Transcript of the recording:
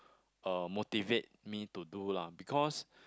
uh motivate me to do lah because